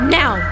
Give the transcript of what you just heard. now